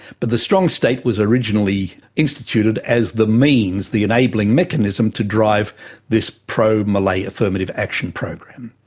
but the strong state was originally instituted as the means, the enabling mechanism to drive this pro-malay affirmative action program.